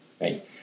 right